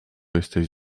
jesteś